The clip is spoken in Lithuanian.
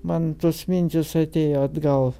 man tos mintys atėjo atgal